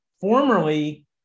formerly